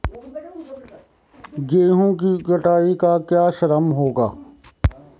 गेहूँ की कटाई का क्या श्रम होगा?